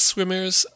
Swimmers